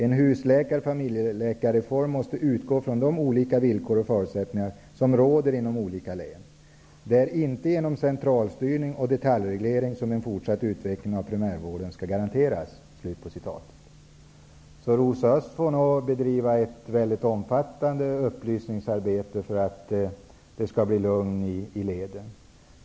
En husläkar och familjeläkarreform måste utgå från de olika villkor och förutsättningar som råder inom olika län. Det är inte genom centralstyrning och detaljreglering som en fortsatt utveckling av primärvården skall garanteras. Rosa Östh får nog bedriva ett väldigt omfattande upplysningsarbete för att det skall bli lugn i leden.